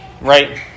right